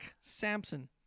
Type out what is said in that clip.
Samson